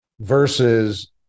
versus